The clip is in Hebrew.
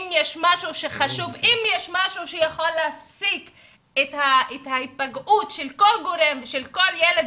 אם יש משהו שיכול להפסיק את ההיפגעות של כל גורם ושל כל ילד,